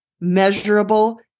measurable